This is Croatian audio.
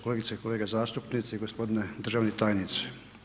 Kolegice i kolege zastupnici, gospodine državni tajniče.